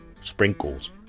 sprinkles